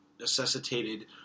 necessitated